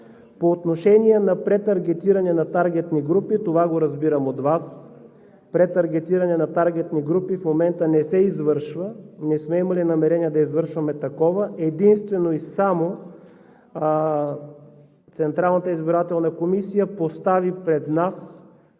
По отношение на претаргетиране на таргетни групи. Това го разбирам от Вас. Претаргетиране на таргетни групи в момента не се извършва, не сме имали намерение да извършваме такова. Единствено и само Централната избирателна комисия постави пред нас